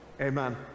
Amen